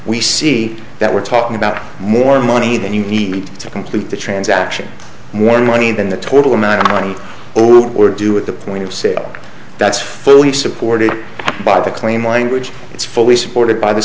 we see that we're talking about more money than you need to complete the transaction more money than the total amount of money or were due at the point of sale that's fully supported by the claim language it's fully supported by the